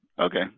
Okay